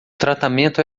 tratamento